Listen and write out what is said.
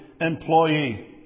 employee